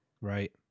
right